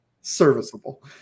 serviceable